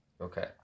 Okay